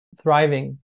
thriving